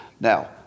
Now